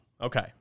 Okay